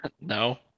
No